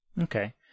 okay